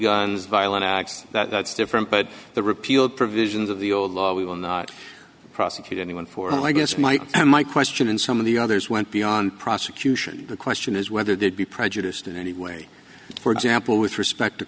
guns violent acts that that's different but the repeal provisions of the old law we will not prosecute anyone for i guess my my question and some of the others went beyond prosecution the question is whether they would be prejudiced in any way for example with respect to